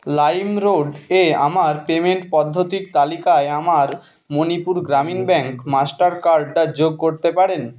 LimeRoad এ আমার payment পদ্ধতির তালিকায় আমার মণিপুর গ্রামীণ ব্যাঙ্ক মাস্টার কার্ডটা যোগ করতে পারেন